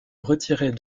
retirer